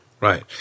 Right